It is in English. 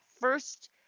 first